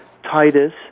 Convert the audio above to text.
Titus